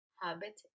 habit